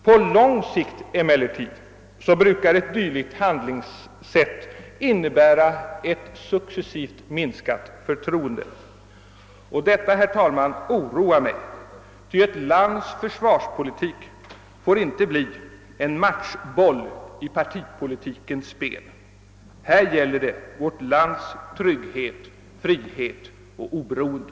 På lång sikt brukar emellertid ett dylikt handlingssätt innebära ett successivt minskat förtroende. Detta, herr talman, oroar mig, ty ett lands försvarspolitik får inte bli en matchboll i partipolitikens spel. Här gäller det vårt lands trygghet, frihet och oberoende.